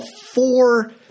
four